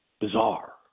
Bizarre